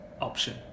option